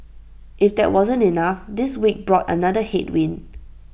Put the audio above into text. if that wasn't enough this week brought another headwind